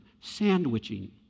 sandwiching